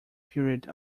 period